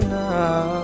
now